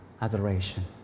adoration